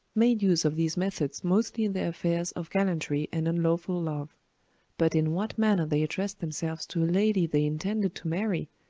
made use of these methods mostly in their affairs of gallantry and unlawful love but in what manner they addressed themselves to a lady they intended to marry,